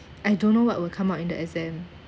I don't know what will come out in the exam